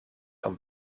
van